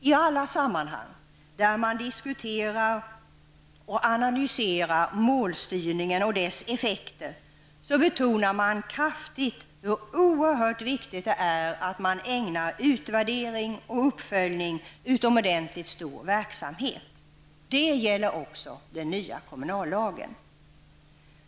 I alla sammanhang där man diskuterar och analyserar målstyrningen och dess effekter betonar man kraftigt hur oerhört viktigt det är att man ägnar utvärdering och uppföljning utomordentligt stor uppmärksamhet. Det gäller också den nya kommunallagen.